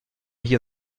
hier